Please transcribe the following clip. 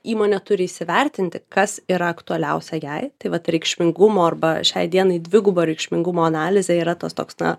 įmonė turi įsivertinti kas yra aktualiausia jai tai vat reikšmingumo arba šiai dienai dvigubo reikšmingumo analizė yra tas toks na